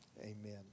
Amen